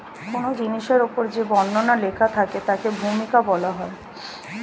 কোন জিনিসের উপর যে বর্ণনা লেখা থাকে তাকে ভূমিকা বলা হয়